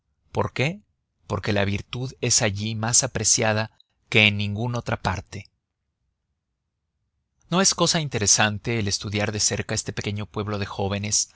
por qué porque la virtud es allí más apreciada que en ninguna otra parte no es cosa interesante el estudiar de cerca este pequeño pueblo de jóvenes